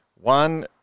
One